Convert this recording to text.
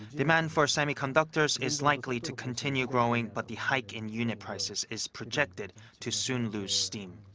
demand for semiconductors is likely to continue growing but the hike in unit prices is projected to soon lose steam.